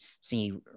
see